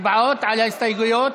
הצבעות על ההסתייגויות?